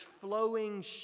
flowing